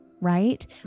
right